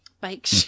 bike